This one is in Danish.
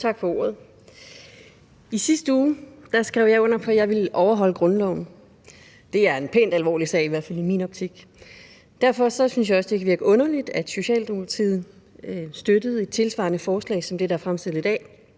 Tak for ordet. I sidste uge skrev jeg under på, at jeg vil overholde grundloven. Det er en pænt alvorlig sag, i hvert fald i min optik. Derfor synes jeg også, det kan virke underligt, at Socialdemokratiet støttede et forslag svarende til det, der behandles i dag,